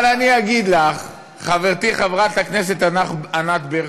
אבל אני אגיד לך, חברתי חברת הכנסת ענת ברקו,